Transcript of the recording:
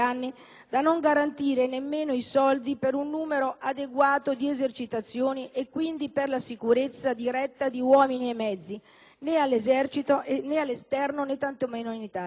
da non garantire nemmeno i soldi per un numero adeguato di esercitazioni e quindi per la sicurezza diretta di uomini e mezzi, né all'estero, né tanto meno in Italia.